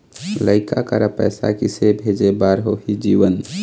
लइका करा पैसा किसे भेजे बार होही जीवन